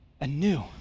anew